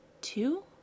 Two